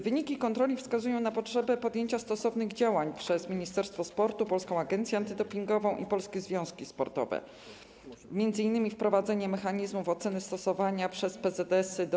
Wyniki kontroli wskazują na potrzebę podjęcia stosownych działań przez ministerstwo sportu, Polską Agencję Antydopingową i polskie związki sportowe, chodzi m.in. o wprowadzenie mechanizmów oceny stosowania przez związki sportowe